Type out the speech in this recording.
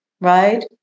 right